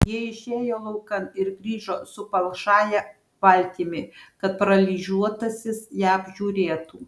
jie išėjo laukan ir grįžo su palšąja valtimi kad paralyžiuotasis ją apžiūrėtų